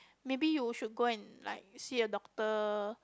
maybe you should go and like see a doctor